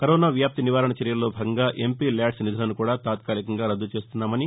corona వ్యాప్తి నివారణ చర్యల్లో భాగంగా ఎంపీ ల్యాడ్స్ నిధులను కూడా తాత్కాలికంగా రద్దు చేస్తున్నామని